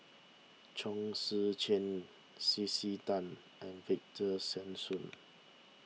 Chong Tze Chien C C Tan and Victor Sassoon